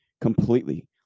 completely